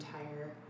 entire